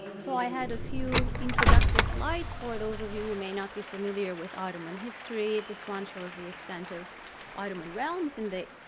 so i had a few introductory slides for those of you who may not be familiar with ottoman history. this one shows the extent of ottoman realms and